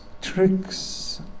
tricks